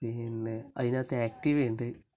പിന്നെ അതിന് അകത്ത് ആക്ടീവ ഉണ്ട്